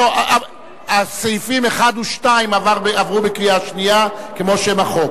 לא, סעיפים 1 ו-2 עברו בקריאה שנייה ושם החוק.